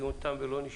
הדיון תם ולא לנשלם.